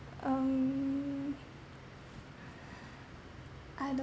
um I don't